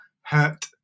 hurt